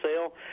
sale